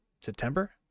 September